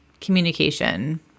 communication